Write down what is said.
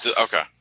okay